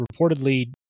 reportedly